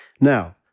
Now